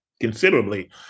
considerably